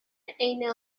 عین